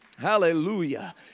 hallelujah